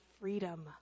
freedom